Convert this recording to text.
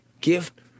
gift